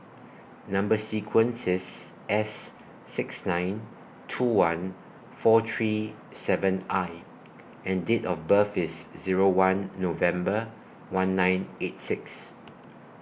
Number sequence IS S six nine two one four three seven I and Date of birth IS Zero one November one nine eight six